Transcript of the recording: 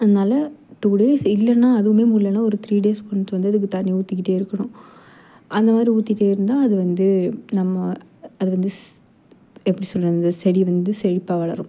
அதனால two days இல்லைனா அதுவும் முடியலைனா ஒரு த்ரீ டேஸ் ஒன்ஸ் வந்து அதுக்கு வந்து தண்ணி ஊற்றிக்கிட்டே இருக்கணும் அந்த மாதிரி ஊற்றிட்டே இருந்தால் அது வந்து நம்ம அது வந்து ஸ் எப்படி சொல்கிறது இந்த செடி வந்து செழிப்பாக வளரும்